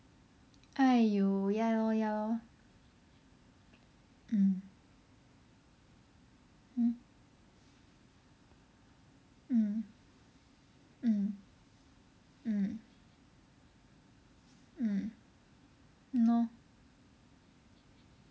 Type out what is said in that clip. !aiyo! ya lor ya lor mm hmm mm mm mm mm !hannor!